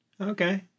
okay